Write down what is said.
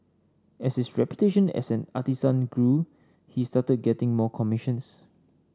as his reputation as an artisan grew he started getting more commissions